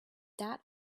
that